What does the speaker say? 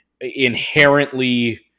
inherently